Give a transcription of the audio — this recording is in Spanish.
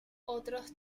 otros